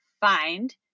find